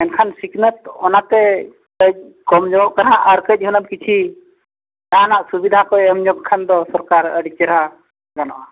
ᱮᱱᱠᱷᱟᱱ ᱥᱤᱠᱷᱱᱟᱹᱛ ᱚᱱᱟᱛᱮ ᱠᱚᱢ ᱧᱚᱜ ᱠᱟᱱᱟ ᱟᱨ ᱠᱟᱹᱡ ᱦᱩᱱᱟᱹᱝ ᱠᱤᱪᱷᱤ ᱡᱟᱦᱟᱱᱟᱜ ᱥᱩᱵᱤᱫᱷᱟ ᱠᱚ ᱮᱢ ᱧᱚᱜᱽ ᱠᱷᱟᱱ ᱫᱚ ᱥᱚᱨᱠᱟᱨ ᱟᱹᱰᱤ ᱪᱮᱦᱨᱟ ᱜᱟᱱᱚᱜᱼᱟ